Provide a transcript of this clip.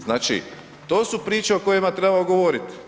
Znači to su priče o kojima trebamo govoriti.